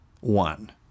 one